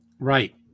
Right